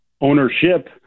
ownership